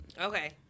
Okay